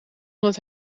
omdat